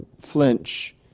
flinch